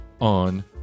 on